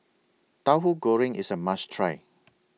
Tauhu Goreng IS A must Try